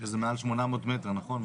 שזה מעל 800 מטר, נכון?